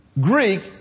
Greek